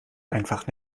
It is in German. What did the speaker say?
einfach